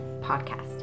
Podcast